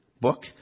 book